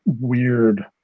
weird